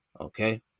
Okay